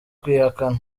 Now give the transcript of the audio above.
kuyihakana